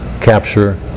capture